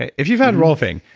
if you got rolfing,